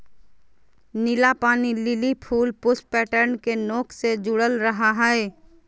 नीला पानी लिली फूल पुष्प पैटर्न के नोक से जुडल रहा हइ